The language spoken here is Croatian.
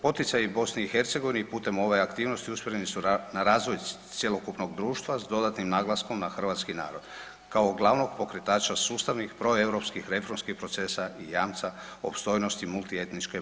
Poticaji BiH putem ove aktivnosti usmjereni su na razvoj cjelokupnog društva s dodatnim naglaskom na hrvatski narod. kao glavnog pokretača sustavnih proeuropskih reformskih procesa i jamca opstojnosti multietničke BiH.